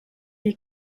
est